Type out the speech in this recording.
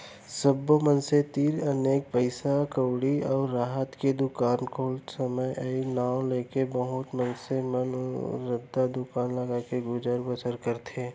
सब्बो मनसे तीर अतेक पइसा कउड़ी नइ राहय के दुकान खोल सकय अई नांव लेके बहुत मनसे मन रद्दा दुकान लगाके गुजर बसर करत हें